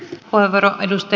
ankara edusti